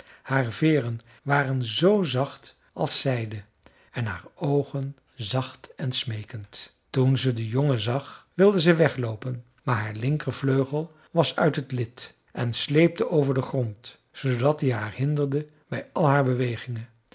haar veeren waren z zacht als zijde en haar oogen zacht en smeekend toen ze den jongen zag wilde ze wegloopen maar haar linkervleugel was uit het lid en sleepte over den grond zoodat die haar hinderde bij al haar bewegingen